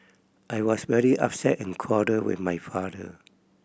I was very upset and quarrelled with my father